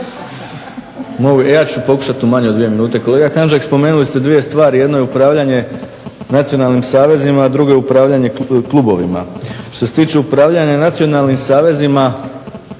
Ja ću pokušati u manje od dvije minute.